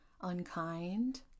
unkind